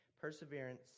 Perseverance